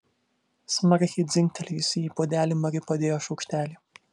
smarkiai dzingtelėjusi į puodelį mari padėjo šaukštelį